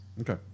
Okay